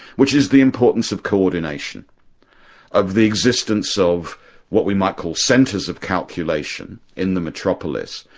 which is the importance of co-ordination of the existence of what we might call centres of calculation in the metropolis,